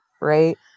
right